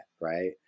Right